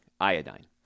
iodine